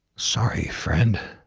sorry, friend.